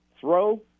throw